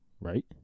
Right